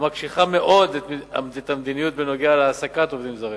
המקשיחה מאוד את המדיניות בנוגע להעסקת עובדים זרים.